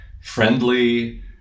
friendly